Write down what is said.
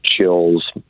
Chills